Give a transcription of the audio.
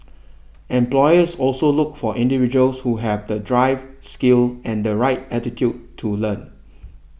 employers also look for individuals who have the drive skills and the right attitude to learn